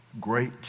great